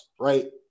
right